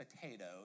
potatoes